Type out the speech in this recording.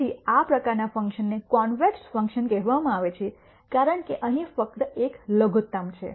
તેથી આ પ્રકારના ફંકશનને કોન્વેક્સ ફંકશન કહેવામાં આવે છે કારણ કે અહીં ફક્ત એક લઘુત્તમ છે